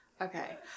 Okay